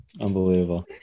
unbelievable